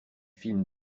films